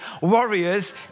warriors